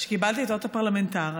שקיבלתי את אות הפרלמנטר,